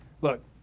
Look